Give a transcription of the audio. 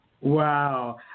Wow